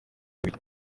babiri